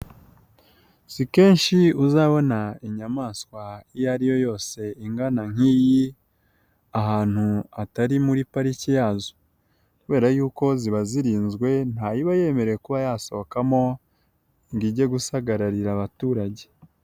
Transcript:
Si kenshi uzabona inyamaswa iyo ariyo yose ingana nk'iyi, ahantu hatari muri pariki yazo kubera yuko ziba zirinzwe ntayo iba yemerewe kuba yasohokamo, ngo ijye gusagarira abaturage.